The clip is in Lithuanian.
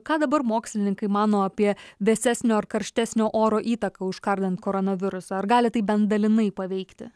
ką dabar mokslininkai mano apie vėsesnio ir karštesnio oro įtaką užkardant koronavirusą ar gali tai bent dalinai paveikti